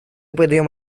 придаем